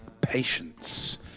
Patience